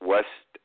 West